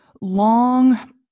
long